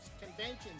conventions